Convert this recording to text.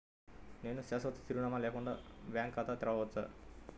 నేను శాశ్వత చిరునామా లేకుండా బ్యాంక్ ఖాతా తెరవచ్చా?